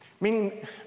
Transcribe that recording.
Meaning